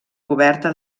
coberta